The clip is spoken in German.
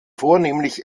vornehmlich